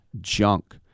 junk